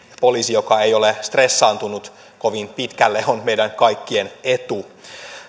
poliisi joka ei ole kovin pitkälle stressaantunut on meidän kaikkien etu